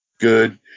good